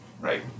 right